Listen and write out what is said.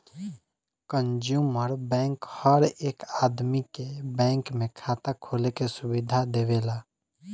consumer bank हर एक आदमी के बैंक में खाता खोले के सुविधा देवेला